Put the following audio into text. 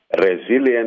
Resilient